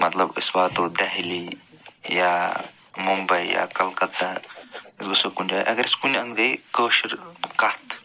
مطلب أسۍ واتو دہلی یا مُمبَے یا کلکتا أسۍ گَژھو کُنہِ جاے اگر أسۍ کُنہِ انٛدٕ گٔے کٲشُر کتھ